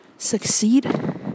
succeed